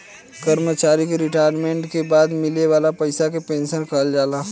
कर्मचारी के रिटायरमेंट के बाद मिले वाला पइसा के पेंशन कहल जाला